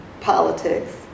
politics